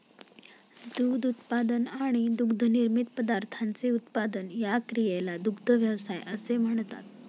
दूध उत्पादन आणि दुग्धनिर्मित पदार्थांचे उत्पादन या क्रियेला दुग्ध व्यवसाय असे म्हणतात